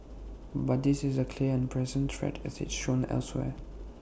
but this is A clear and present threat as it's shown elsewhere